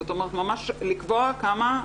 זאת אומרת ממש לקבוע כמה,